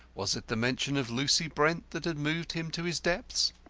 was it the mention of lucy brent that had moved him to his depths?